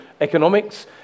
economics